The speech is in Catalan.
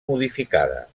modificada